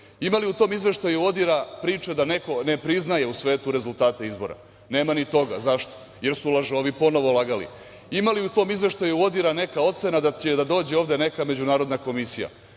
Ima li u tom izveštaju ODIR-a priče da neko ne priznaje u svetu rezultate izbora? Nema ni toga. Zašto? Jer su lažovi ponovo lagali. Ima li u tom izveštaju ODIR-a neka ocena da će da dođe ovde neka međunarodna komisija?